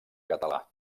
català